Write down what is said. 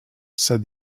said